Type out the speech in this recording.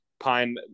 Pine